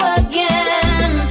again